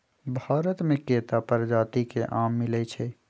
भारत मे केत्ता परजाति के आम मिलई छई